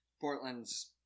Portland's